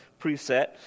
preset